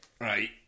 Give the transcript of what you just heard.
right